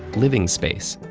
living space,